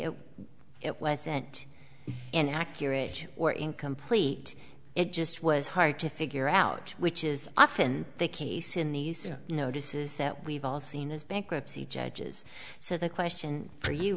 it wasn't an accurate or incomplete it just was hard to figure out which is often the case in these notices that we've all seen as bankruptcy judges so the question for you